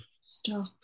Stop